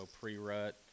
pre-rut